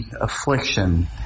affliction